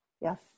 Yes